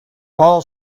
fall